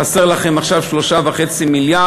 חסרים לכם עכשיו 3.5 מיליארד,